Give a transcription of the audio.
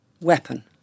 weapon